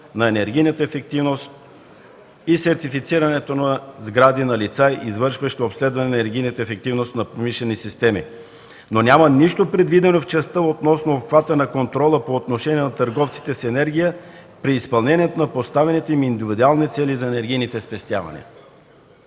на енергийната ефективност и сертифицирането на сгради на лица, извършващи обследване на енергийната ефективност на промишлени системи. Няма нищо предвидено в частта относно обхвата на контрола по отношение на търговците с енергия при изпълнението на поставените им индивидуални цели за енергийните спестявания.